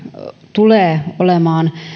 tulee olemaan